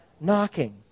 knocking